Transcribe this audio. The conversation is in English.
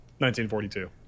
1942